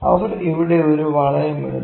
അവർ ഇവിടെ ഒരു വളയം ഇടുന്നു